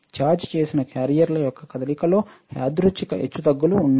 charge చేసిన క్యారియర్ల యొక్క కదలికలో యాదృచ్ఛిక హెచ్చుతగ్గులు ఉన్నాయి